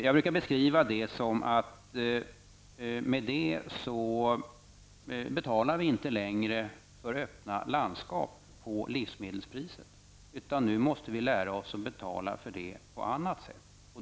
Jag brukar beskriva situationen så, att vi därmed inte längre betalar för öppna landskap så att säga på livsmedelspriset, utan nu måste vi lära oss att betala för det på annat sätt.